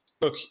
look